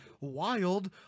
wild